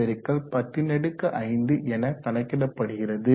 3667 × 105 என கணக்கிடப்படுகிறது